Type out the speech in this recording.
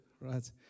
right